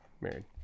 married